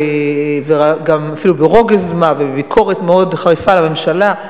וגם אפילו ברוגז-מה ובביקורת מאוד חריפה על הממשלה,